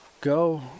Go